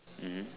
mmhmm